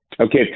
Okay